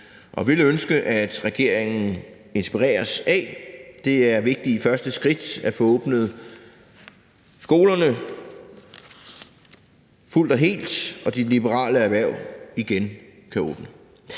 gerne ønsker, at regeringen vil lade sig inspirere af. Det er et vigtigt første skridt at få åbnet skolerne fuldt og helt, og at de liberale erhverv igen kan åbne.